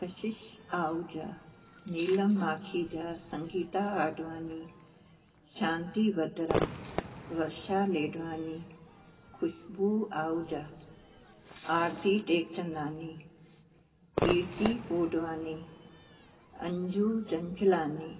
Kashish Ahuja Neelam Makhija Sangeeta Advani Shanti Batra Varsha Ledani Khushboo Ahuja Aarti Tekchandani Kirti Godwani Anju Chanchlani